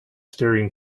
staring